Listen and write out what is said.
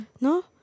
No